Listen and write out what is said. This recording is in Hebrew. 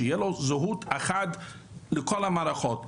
שתהיה לו זהות אחת לכל המערכות,